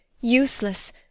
useless